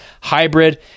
hybrid